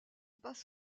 passe